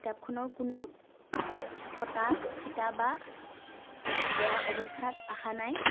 কিতাপখনৰ কোনো ফটা চিটা বা বেয়া অৱস্থাত অহা নাই